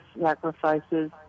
sacrifices